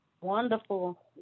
wonderful